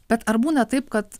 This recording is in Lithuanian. bet ar būna taip kad